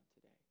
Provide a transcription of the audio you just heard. today